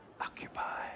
Occupy